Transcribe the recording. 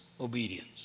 obedience